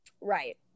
Right